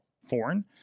foreign